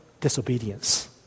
disobedience